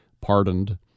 pardoned